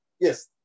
yes